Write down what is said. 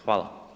Hvala.